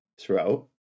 throughout